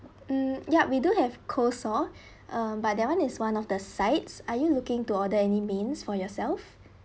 mm ya we do have coleslaw uh but that one is one of the sides are you looking to order any mains for yourself